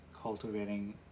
cultivating